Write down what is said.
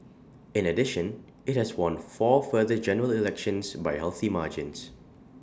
in addition IT has won four further general elections by healthy margins